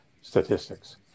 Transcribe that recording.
statistics